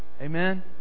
Amen